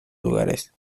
lugares